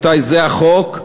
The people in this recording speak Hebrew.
רבותי, זה החוק.